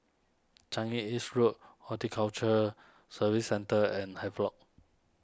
Changi East Road Horticulture Serving Centre and Havelock